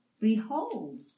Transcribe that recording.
Behold